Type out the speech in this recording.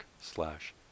slash